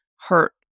hurt